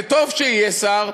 זה טוב שיהיה שר,